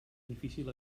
difícil